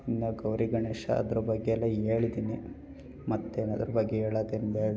ಇನ್ನೂ ಗೌರಿ ಗಣೇಶ ಅದ್ರ ಬಗ್ಗೆ ಎಲ್ಲ ಹೇಳಿದ್ದೀನಿ ಮತ್ತೇನು ಅದ್ರ ಬಗ್ಗೆ ಹೇಳೋದೇನು ಬೇಡ